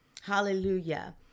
Hallelujah